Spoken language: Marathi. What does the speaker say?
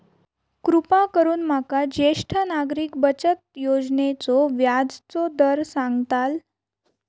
कृपा करून माका ज्येष्ठ नागरिक बचत योजनेचो व्याजचो दर सांगताल